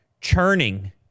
churning